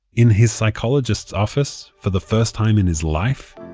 in his psychologist's office, for the first time in his life,